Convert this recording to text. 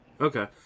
Okay